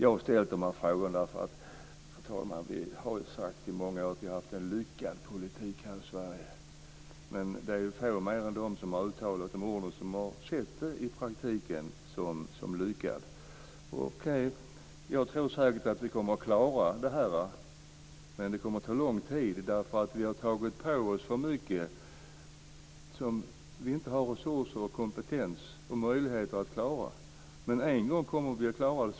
Jag har ställt de här frågorna på grund av att det i många år har sagts att vi har haft en lyckad politik här i Sverige. Men det är få andra än de som har uttalat de orden som har sett den som lyckad i praktiken. Okej! Jag tror säkert att vi kommer att klara det här, men det kommer att ta lång tid. Vi har tagit på oss för mycket som vi inte har resurser, kompetens och möjlighet att klara. Men en gång kommer vi att klara det.